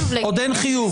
עוד אין חיוב.